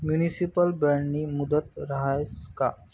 Municipal बॉन्डनी मुदत रहास का?